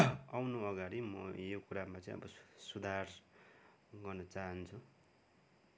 आउनु अगाडि म यो कुरामा चाहिँ अब सुधार गर्न चाहन्छु